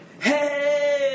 hey